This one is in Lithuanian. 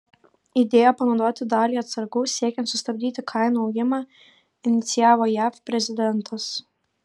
idėją panaudoti dalį atsargų siekiant sustabdyti kainų augimą inicijavo jav prezidentas